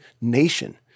nation